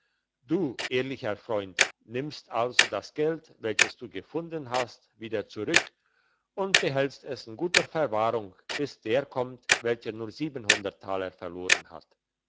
du ehrlicher freund nimmst also das geld welches du gefunden hast wieder zurück und behältst es in guter verwahrung bis der kommt welcher nur taler verloren hat